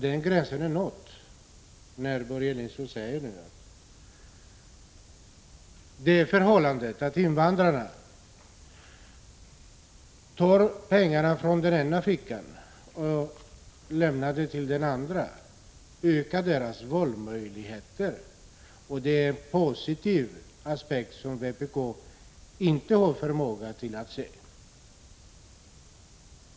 Den gränsen är nådd när Börje Nilsson nu säger att det förhållandet att invandrarna tar pengar ur den ena fickan och lägger dem i den andra ökar deras valmöjligheter och att det är en positiv aspekt som vpk inte har förmåga att se.